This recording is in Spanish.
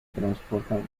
transportan